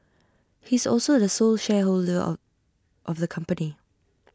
he is also the sole shareholder of the company